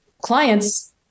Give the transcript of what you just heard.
clients